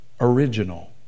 original